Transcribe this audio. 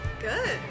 Good